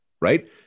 right